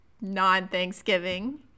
non-Thanksgiving